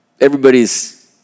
Everybody's